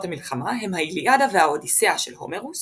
המלחמה הם האיליאדה והאודיסאה של הומרוס